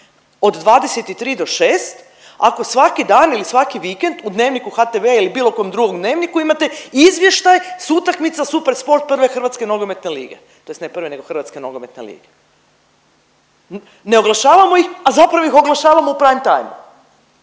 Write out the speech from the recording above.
od 23 do 6 ako svaki dan ili svaki vikend u Dnevniku HTV-a ili bilo kojem drugom dnevniku imate izvještaj s utakmica Super sport prve Hrvatske nogometne lige tj. ne prve nego Hrvatske nogometne lige. Ne oglašavamo ih, a zapravo ih oglašavamo u prime timeu.